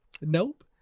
Nope